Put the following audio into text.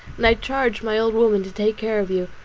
and i charged my old woman to take care of you,